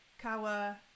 kawa